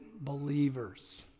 believers